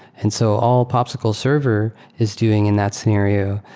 and so all popsql server is doing in that scenario.